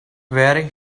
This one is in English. wearing